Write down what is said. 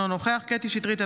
אינו נוכח קטי קטרין שטרית,